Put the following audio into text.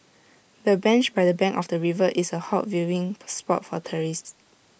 the bench by the bank of the river is A hot viewing spot for tourists